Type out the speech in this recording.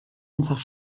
einfach